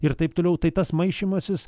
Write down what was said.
ir taip toliau tai tas maišymasis